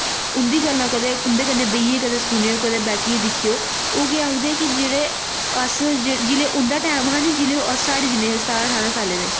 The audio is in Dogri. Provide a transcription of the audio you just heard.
उं'दी गल्लां कदै उं'दे कन्नै बैइयै कदैं सुनेओ कंदे बैठियै दिक्खेओ ओह् केह् आखदे कि जेह्ड़े अस जिसलै उं'दा टैम हा नेई जिसलै ओह् साढ़े जिन्ने है सतारां ठारां साले दे